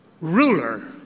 Ruler